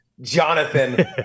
jonathan